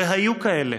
והיו כאלה: